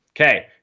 Okay